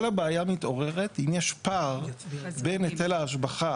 כל הבעיה מתעוררת אם יש פער בין היטל ההשבחה